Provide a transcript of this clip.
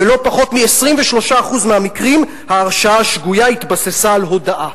בלא פחות מ-23% מהמקרים ההרשעה השגויה התבססה על הודאה.